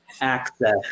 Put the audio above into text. access